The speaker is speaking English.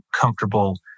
comfortable